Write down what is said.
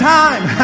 time